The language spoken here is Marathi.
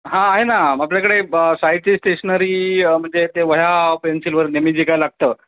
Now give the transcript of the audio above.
हा आहे ना आपल्याकडे ब साहित्य स्टेशनरी म्हणजे ते वह्या पेन्सिल वगैरे नेहमी जे काय लागतं